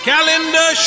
Calendar